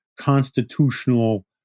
constitutional